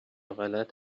غلط